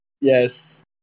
Yes